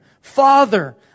Father